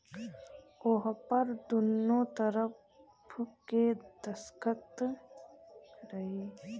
ओहपर दुन्नो तरफ़ के दस्खत रही